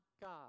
God